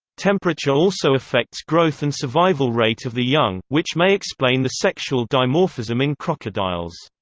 temperature also affects growth and survival rate of the young, which may explain the sexual dimorphism in crocodiles.